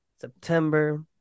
September